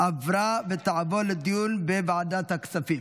עברה ותעבור לדיון בוועדת הכספים.